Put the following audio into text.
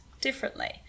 differently